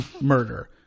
murder